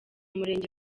murenge